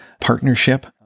partnership